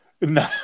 No